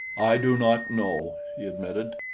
i do not know, he admitted.